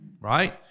right